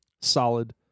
solid